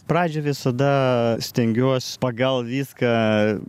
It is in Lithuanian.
pradžioj visada stengiuos pagal viską